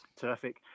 Terrific